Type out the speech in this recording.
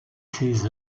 ses